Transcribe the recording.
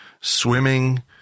swimming